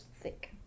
thick